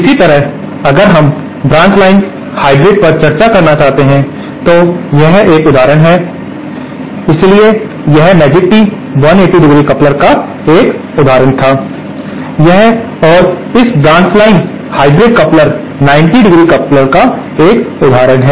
इसी तरह अगर हम ब्रांच लाइन हाइब्रिड पर चर्चा करना चाहते हैं तो यह एक उदाहरण है इसलिए यह मैजिक टी 180° कपलर का एक उदाहरण था यह और इस branch line hybrid coupler 90° coupler का एक उदाहरण है